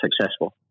successful